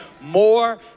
more